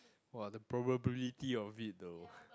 !wah! the probability of it though